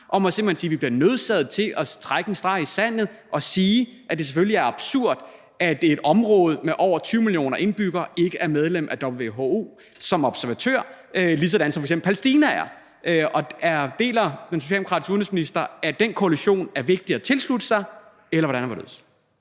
at vi simpelt hen er nødsaget til at trække en streg i sandet og sige, at det selvfølgelig er absurd, at et område med over 20 millioner indbyggere ikke er medlem af WHO som observatør, ligesom f.eks. Palæstina er. Deler den socialdemokratiske udenrigsordfører det synspunkt, at den koalition er vigtig at tilslutte sig? Kl. 10:17 Formanden